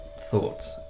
thoughts